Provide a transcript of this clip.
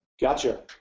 gotcha